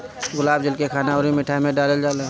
गुलाब जल के खाना अउरी मिठाई में डालल जाला